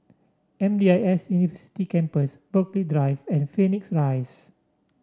M D I S University Campus Burghley Drive and Phoenix Rise